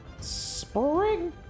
Spring